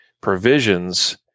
provisions